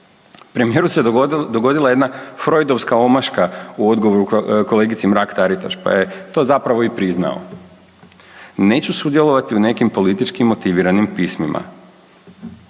Premijeru se dogodila jedna Freudovska omaška u odgovoru kolegici Mrak Taritaš, pa je to zapravo i priznao. Neću sudjelovati u nekim politički motiviranim pismima.